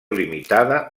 limitada